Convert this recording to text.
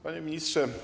Panie Ministrze!